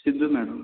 Siddu madam